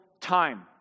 time